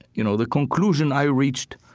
you know, the conclusion i reached,